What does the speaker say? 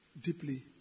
deeply